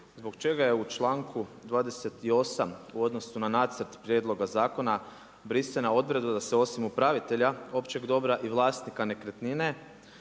zbog čega je u članku 28. u odnosu na nacrt prijedloga zakona brisana odredba da se osim upravitelja općeg dobra i vlasnika nekretnine